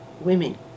women